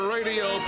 Radio